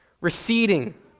Receding